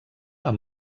amb